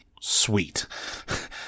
Sweet